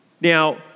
Now